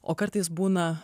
o kartais būna